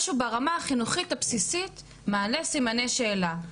משהו ברמה החינוכית הבסיסית מעלה סימני שאלה,